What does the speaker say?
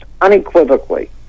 unequivocally